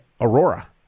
Aurora